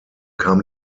kam